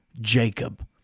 Jacob